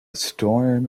storm